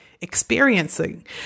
experiencing